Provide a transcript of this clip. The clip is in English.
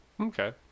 okay